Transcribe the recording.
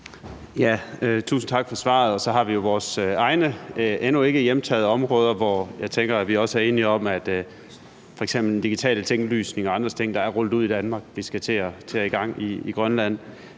Tusind tak for svaret. Og så har vi jo de endnu ikke hjemtagne områder, hvor jeg tænker, at vi også er enige om, at f.eks. digital tinglysning og andre ting, der er rullet ud i Danmark, skal til at i gang i Grønland.